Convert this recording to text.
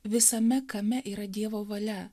visame kame yra dievo valia